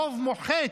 ברוב מוחץ,